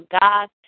God